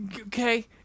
okay